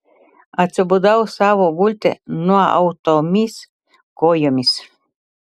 atsibudau savo gulte nuautomis kojomis